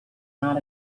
not